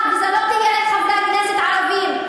וזה לא רק יהיה לחברי הכנסת הערבים,